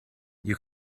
you